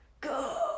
go